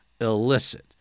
illicit